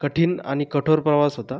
कठीण आणि कठोर प्रवास होता